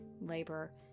labor